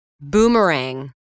boomerang